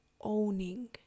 owning